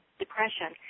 depression